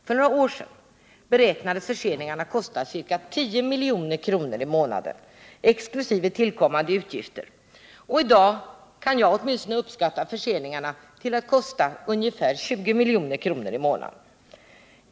För några år sedan beräknades förseningarna kosta ca 10 milj.kr. i månaden exklusive tillkommande utgifter, och i dag kan uppskattas att förseningarna kostar ungefär 20 milj.kr. i månaden.